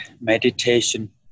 meditation